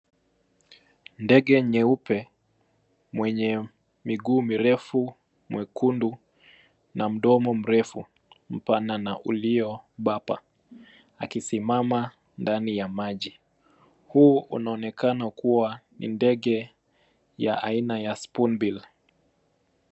Ndege nyeupe mwenye miguu mirefu nyekundu n mdomo mrefu mpana na uliobapa akisimama ndani ya maji, huu unaonekana kuwa ni ndege ya aina ya spoonbill .